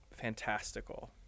fantastical